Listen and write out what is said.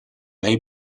may